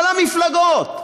כל המפלגות,